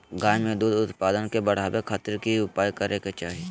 गाय में दूध उत्पादन के बढ़ावे खातिर की उपाय करें कि चाही?